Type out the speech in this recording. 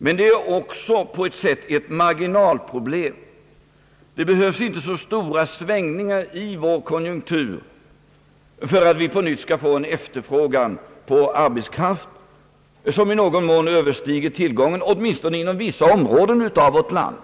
Men det är också på ett sätt ett marginalproblem. Det behövs inte så stora svängningar i konjunkturen för att vi på nytt skall få en efterfrågan på arbetskraft som något överstiger tillgången, åtminstone inom vissa områden av vårt land.